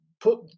put